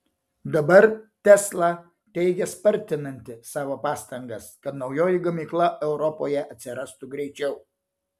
dabar tesla teigia spartinanti savo pastangas kad naujoji gamykla europoje atsirastų greičiau